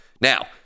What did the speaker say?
Now